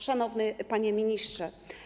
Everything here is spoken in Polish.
Szanowny Panie Ministrze!